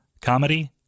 comedy